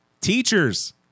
Teachers